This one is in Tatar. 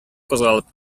кузгалып